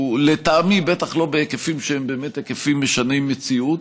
לטעמי בטח לא בהיקפים שהם באמת היקפים משני מציאות.